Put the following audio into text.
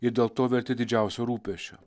ir dėl to verti didžiausio rūpesčio